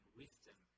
wisdom